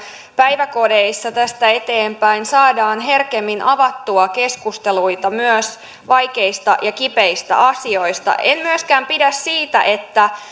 päiväkodeissa tästä eteenpäin saadaan herkemmin avattua keskusteluita myös vaikeista ja kipeistä asioista en myöskään pidä siitä että